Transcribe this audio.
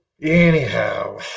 Anyhow